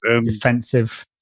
Defensive